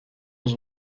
was